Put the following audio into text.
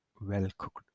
well-cooked